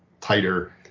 tighter